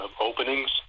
openings